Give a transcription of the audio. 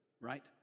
right